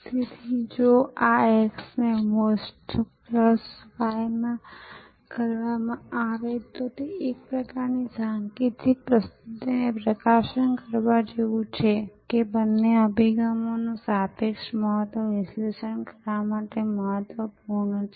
તેથી જો આ x ને MOST પ્લસ y માં કરવામાં આવે તો તે એક પ્રકારની સાંકેતિક પ્રસ્તુતિને પ્રકાશિત કરવા જેવું છે કે બંને અભિગમોનું સાપેક્ષ મહત્વ વિશ્લેષણ કરવા માટે મહત્વપૂર્ણ છે